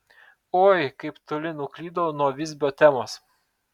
oi kaip toli nuklydau nuo visbio temos